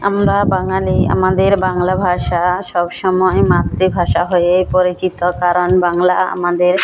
আমরা বাঙালি আমাদের বাংলা ভাষা সবসময় মাতৃভাষা হয়েই পরিচিত কারণ বাংলা আমাদের